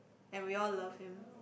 and we all love him